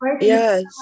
yes